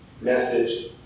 message